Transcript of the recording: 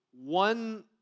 one